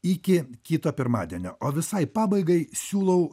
iki kito pirmadienio o visai pabaigai siūlau